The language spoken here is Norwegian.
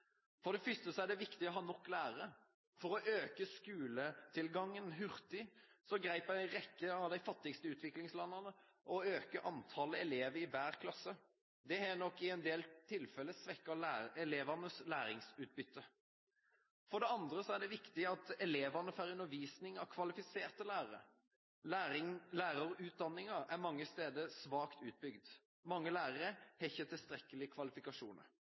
For det første er det viktig å ha nok lærere. For å øke skoletilgangen hurtig økte en rekke av de fattigste utviklingslandene antallet elever i hver klasse. Det har nok i en del tilfeller svekket elevenes læringsutbytte. For det andre er det viktig at elevene får undervisning av kvalifiserte lærere. Lærerutdanningen er mange steder svakt utbygd. Mange lærere har ikke tilstrekkelige kvalifikasjoner.